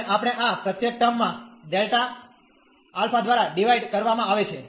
અને આપણે આ પ્રત્યેક ટર્મ માં Δα દ્વારા ડીવાઈડ કરવામાં આવે છે